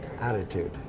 Attitude